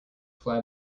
fly